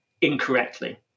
incorrectly